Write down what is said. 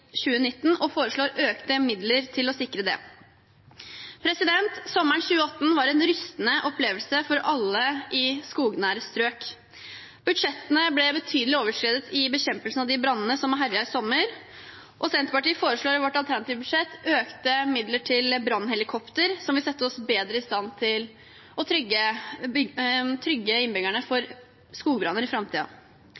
2019, og foreslår økte midler til å sikre det. Sommeren 2018 var en rystende opplevelse for alle i skognære strøk. Budsjettene ble betydelig overskredet i bekjempelsen av brannene som herjet i sommer, og Senterpartiet foreslår i sitt alternative budsjett økte midler til brannhelikoptre, som vil sette oss bedre i stand til å trygge innbyggerne